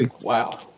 Wow